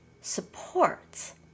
supports